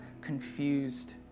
confused